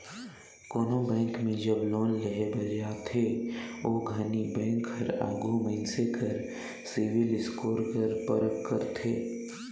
कोनो बेंक में जब लोन लेहे बर जाथे ओ घनी बेंक हर आघु मइनसे कर सिविल स्कोर कर परख करथे